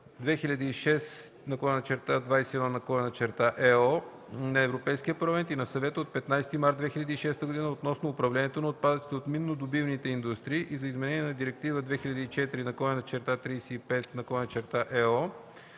на Европейския парламент и на Съвета от 15 март 2006 г. относно управлението на отпадъците от миннодобивните индустрии и за изменение на Директива 2004/35/ЕО.